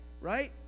right